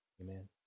Amen